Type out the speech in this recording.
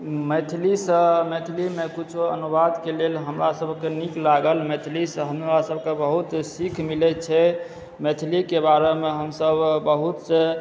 मैथिलीसँ मैथिलीमे किछो अनुवाद कऽ लेल हमरासभक नीक लागल मैथिलीसँ हमरा सभके बहुत सीख मिलै छै मैथिली के बारे मे हमसभ बहुतसे